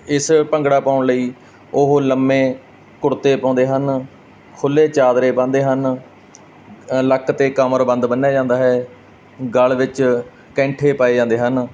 ਇਸ ਭੰਗੜਾ ਪਾਉਣ ਲਈ ਉਹ ਲੰਮੇ ਕੁੜਤੇ ਪਾਉਂਦੇ ਹਨ ਖੁੱਲ੍ਹੇ ਚਾਦਰੇ ਬੰਨ੍ਹਦੇ ਹਨ ਲੱਕ ਅਤੇ ਕਮਰਬੰਦ ਬੰਨ੍ਹਿਆ ਜਾਂਦਾ ਹੈ ਗਲ ਵਿੱਚ ਕੈਂਠੇ ਪਏ ਜਾਂਦੇ ਹਨ